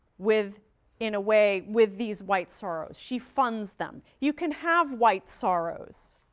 with in a way with these white sorrows she funds them. you can have white sorrows,